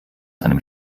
einem